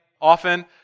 often